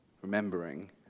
remembering